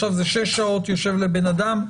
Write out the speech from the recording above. עכשיו זה שש שעות יושב לבן אדם.